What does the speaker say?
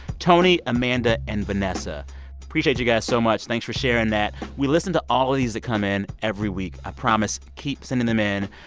tony, amanda and vanessa appreciate you guys so much. thanks for sharing that. we listen to all of these that come in every week, i promise. keep sending them in.